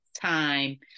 time